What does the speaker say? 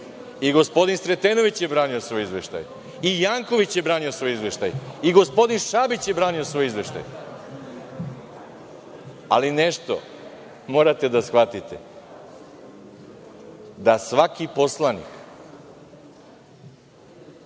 i gospodin Sretenović je branio svoj izveštaj. I Janković je branio svoj izveštaj i gospodin Šabić je branio svoj izveštaj, ali nešto morate da shvatite, da svaki poslanik